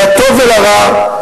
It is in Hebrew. לטוב ולרע,